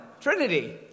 Trinity